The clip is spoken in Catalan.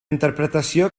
interpretació